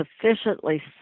sufficiently